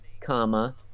comma